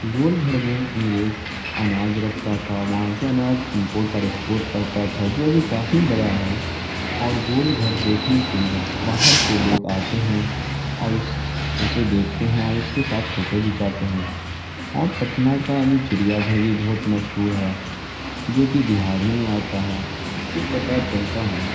گول گھڑ میں انگریز اناج رکھتا تھا وہاں سے اناج امپورٹ اور ایکسپورٹ کرتا تھا جو بھی کافی بڑا ہے اور گول گھر دیکھنے کے لیے باہر سے لوگ آتے ہیں اور اس اسے دیکھتے ہیں اور اس کے ساتھ فوٹو گھچاتے ہیں اور پٹنہ کا بھی چڑیا گھر بھی بہت مشہور ہے جوکہ بہار ہی میں آتا ہے اس سے پتہ چلتا ہے